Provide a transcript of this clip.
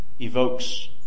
evokes